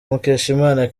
mukeshimana